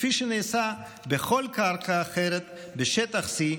כפי שנעשה בכל קרקע אחרת בשטח C,